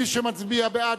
מי שמצביע בעד,